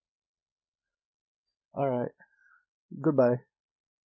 alright good bye